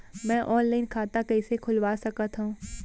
मैं ऑनलाइन खाता कइसे खुलवा सकत हव?